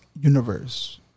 universe